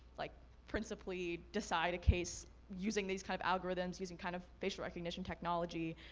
like principally decide a case using these kind of algorithms, using kind of facial recognition technology?